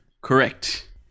Correct